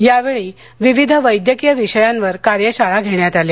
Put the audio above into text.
या वेळी विविध वैद्यकीय विषयांवर कार्यशाळा घेण्यात आल्या